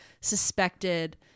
suspected